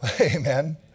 Amen